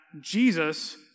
Jesus